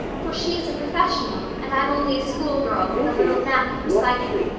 for she is a professional, and i'm only a schoolgirl, with a little knack of reciting.